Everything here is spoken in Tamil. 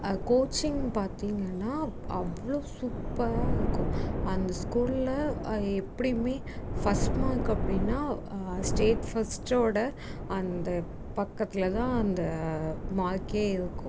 கோச்சிங் பார்த்தீங்கன்னா அவ்வளோ சூப்பராக இருக்கும் அந்த ஸ்கூலில் எப்படியுமே ஃபர்ஸ்ட் மார்க் அப்படின்னா ஸ்டேட் ஃபர்ஸ்ட்டோட அந்த பக்கத்துல தான் அந்த மார்க்கே இருக்கும்